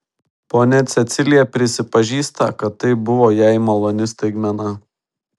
ponia cecilija prisipažįsta kad tai buvo jai maloni staigmena